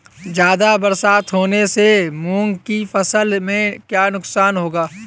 ज़्यादा बरसात होने से मूंग की फसल में क्या नुकसान होगा?